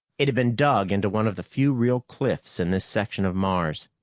it had been dug into one of the few real cliffs in this section of mars.